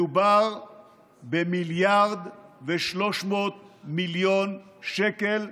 מדובר ב-1.3 מיליארד שקל,